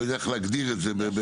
לא יודע איך להגדיר את זה בהגדרות.